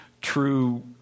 true